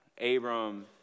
Abram